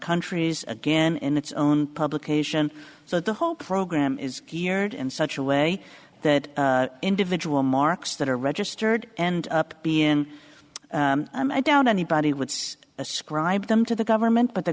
countries again in its own publication so the whole program is geared in such a way that individual markets that are registered end up being in i doubt anybody would say ascribe them to the government but the